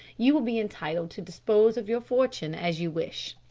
you will be entitled to dispose of your fortune as you wish.